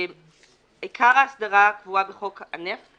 עיקר ההסדרה קבועה בחוק הנפט,